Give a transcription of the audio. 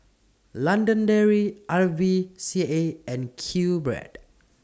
London Dairy R V C A and QBread